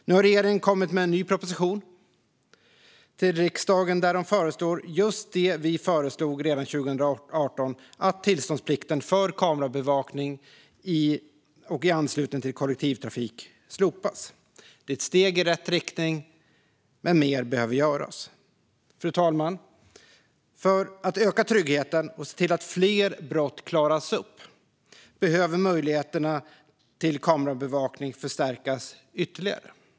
Nu har regeringen kommit med en ny proposition till riksdagen där man förslår just det vi föreslog redan 2018, det vill säga att tillståndsplikten för kamerabevakning i och i anslutning till kollektivtrafik slopas. Det är ett steg i rätt riktning, men mer behöver göras. Fru talman! För att öka tryggheten och se till att fler brott klaras upp behöver möjligheterna till kamerabevakning förstärkas ytterligare.